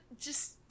Just-